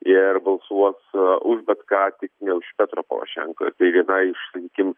ir balsuos už bet ką tik ne už petro porošenką tai viena iš sakykim